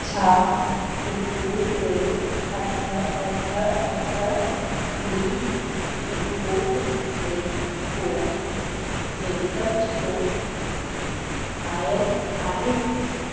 छा हिकु टे अठ अठ अठ ॿुड़ी पिनकोड में को मेडिकल स्टोर आयल आहे